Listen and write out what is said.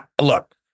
Look